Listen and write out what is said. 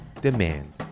demand